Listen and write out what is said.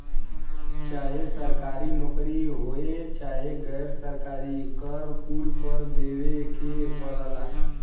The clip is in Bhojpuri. चाहे सरकारी नउकरी होये चाहे गैर सरकारी कर कुल पर देवे के पड़ला